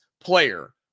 player